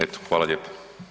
Eto hvala lijepo.